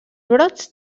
brots